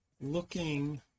looking